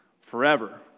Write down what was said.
forever